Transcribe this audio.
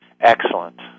Excellent